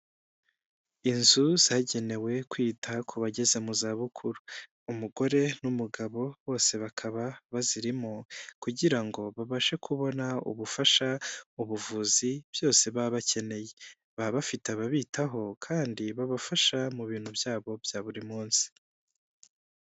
Inzu zagenewe kwita ku bageze mu za bukuru, umugore n'umugabo bose bakaba bazirimo kugira ngo babashe kubona ubufasha, ubuvuzi byose baba bakeneye, baba bafite ababitaho kandi babafasha mu bintu byabo bya buri munsi.